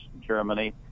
Germany